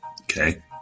Okay